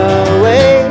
away